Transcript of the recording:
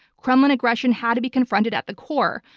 kremlin aggression had to be confronted at the core,